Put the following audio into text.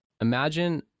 Imagine